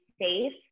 safe